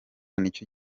nicyo